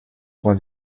was